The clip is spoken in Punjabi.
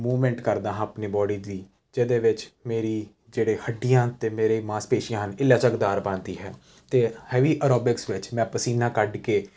ਮੂਵਮੈਂਟ ਕਰਦਾ ਹਾਂ ਆਪਣੀ ਬੋਡੀ ਦੀ ਜਿਹਦੇ ਵਿੱਚ ਮੇਰੀ ਜਿਹੜੀਆਂ ਹੱਡੀਆਂ ਅਤੇ ਮੇਰੇ ਮਾਸਪੇਸ਼ੀਆਂ ਹਨ ਇਹ ਲਚਕਦਾਰ ਬਣਦੀ ਹੈ ਅਤੇ ਹੈਵੀ ਅਰੋਬਿਕਸ ਵਿੱਚ ਮੈਂ ਪਸੀਨਾ ਕੱਢ ਕੇ